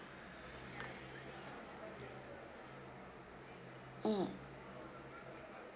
mm